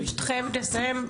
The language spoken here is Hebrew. אני פשוט חייבת לסיים.